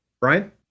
Brian